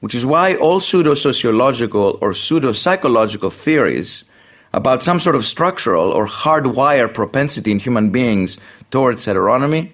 which is why all pseudo-sociological or pseudo-psychological theories about some sort of structural or hardwire propensity in human beings towards heteronomy